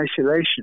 isolation